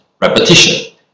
repetition